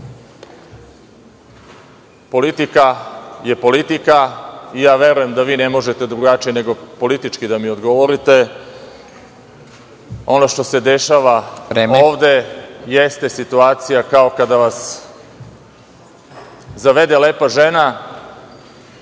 politika je politika. Verujem da vi ne možete drugačije nego politički da mi odgovorite. Ono što se dešava ovde jeste situacija kao kada vas zavede lepa žena,